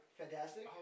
fantastic